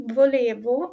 volevo